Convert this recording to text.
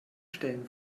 stellen